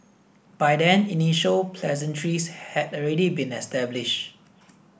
by then initial pleasantries had already been established